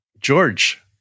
George